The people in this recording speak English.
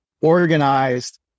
organized